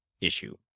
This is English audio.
issue